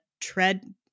tread